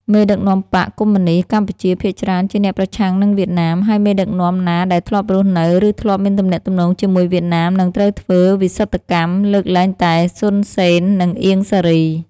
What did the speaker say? មេដឹកនាំបក្សរកុម្មុយនីស្តកម្ពុជាភាគច្រើនជាអ្នកប្រឆាំងនឹងវៀតណាម ហើយមេដឹកនាំណាដែលធ្លាប់រស់នៅ ឬធ្លាប់មានទំនាក់ទំនងជាមួយវៀតណាមនឹងត្រូវធ្វើវិសុទ្ធកម្ម (លើកលែងតែ សុន សេន និងអៀង សារី)។